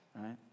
right